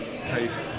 taste